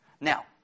Now